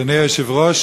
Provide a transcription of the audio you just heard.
אדוני היושב-ראש,